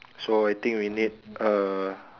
so I think we need uh